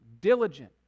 diligent